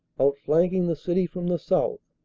outflanking the city from the south,